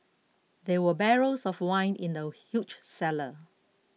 there were barrels of wine in the huge cellar